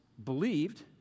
believed